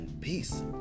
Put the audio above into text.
Peace